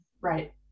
right